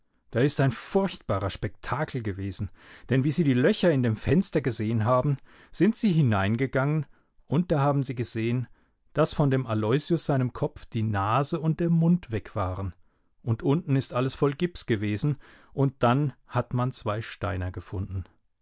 da ist ein furchtbarer spektakel gewesen denn wie sie die löcher in dem fenster gesehen haben sind sie hineingegangen und da haben sie gesehen daß von dem aloysius seinem kopf die nase und der mund weg waren und unten ist alles voll gips gewesen und dann hat man zwei steiner gefunden